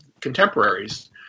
contemporaries